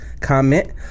comment